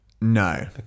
No